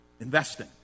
investing